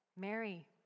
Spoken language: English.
Mary